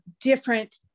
different